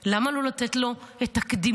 עובדים, למה לא לתת לו את הקדימות?